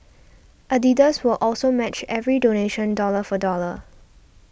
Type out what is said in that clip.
Adidas will also match every donation dollar for dollar